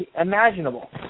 imaginable